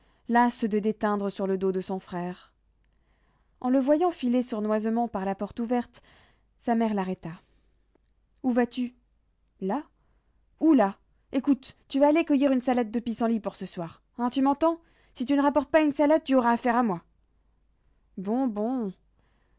lasses de déteindre sur le dos de son frère en le voyant filer sournoisement par la porte ouverte sa mère l'arrêta où vas-tu là où là écoute tu vas aller cueillir une salade de pissenlits pour ce soir hein tu m'entends si tu ne rapportes pas une salade tu auras affaire à moi bon bon